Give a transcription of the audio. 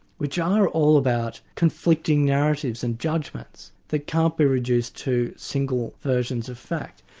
which are all about conflicting narratives and judgments that can't be reduced to single versions of fact.